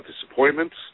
disappointments